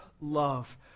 love